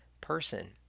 person